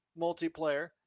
multiplayer